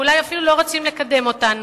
ואולי אפילו לא רוצים לקדם אותנו,